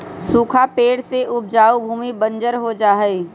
सूखा पड़े से उपजाऊ भूमि बंजर हो जा हई